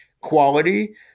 quality